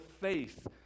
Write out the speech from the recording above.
faith